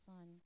son